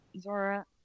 Zora